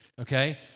Okay